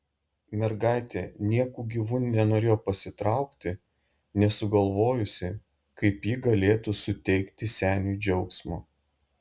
mergaitė nieku gyvu nenorėjo pasitraukti nesugalvojusi kaip ji galėtų suteikti seniui džiaugsmo